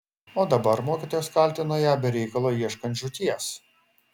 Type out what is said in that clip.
o dabar mokytojas kaltino ją be reikalo ieškant žūties